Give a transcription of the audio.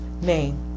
name